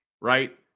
right